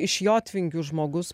iš jotvingių žmogus